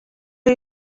are